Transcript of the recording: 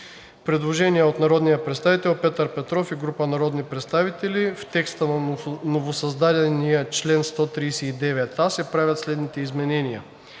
Предложение от народния представител Петър Петров и група народни представители: „В текста на новосъздадения член 139а се правят следните изменения: